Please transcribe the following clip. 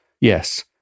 Yes